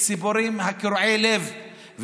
את הסיפורים קורעי הלב.